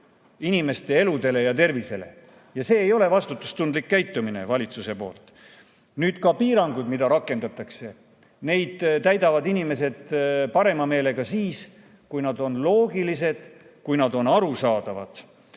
inimeste elule ja tervisele. See ei ole vastutustundlik käitumine valitsuse poolt. Piiranguid, mida rakendatakse, täidavad inimesed parema meelega siis, kui need on loogilised, kui need on arusaadavad.